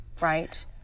Right